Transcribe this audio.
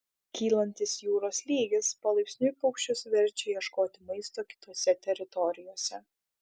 kylantis jūros lygis palaipsniui paukščius verčia ieškoti maisto kitose teritorijose